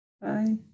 bye